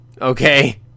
okay